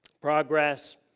progress